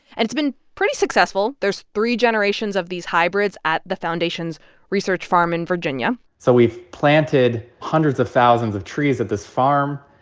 and it's been pretty successful. there's three generations of these hybrids at the foundation's research farm in virginia so we've planted hundreds of thousands of trees at this farm,